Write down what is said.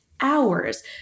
hours